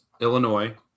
Illinois